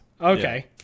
Okay